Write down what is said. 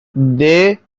they